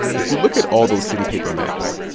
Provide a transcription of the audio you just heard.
if you look at all those city paper maps,